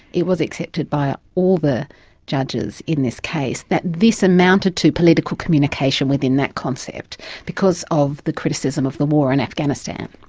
it was accepted by all the judges in this case that this amounted to political communication within that concept because of the criticism of the war in afghanistan.